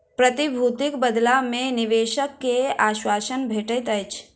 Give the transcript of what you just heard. प्रतिभूतिक बदला मे निवेशक के आश्वासन भेटैत अछि